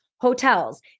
hotels